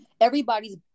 everybody's